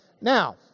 now